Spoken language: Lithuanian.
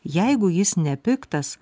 jeigu jis nepiktas